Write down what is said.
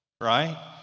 right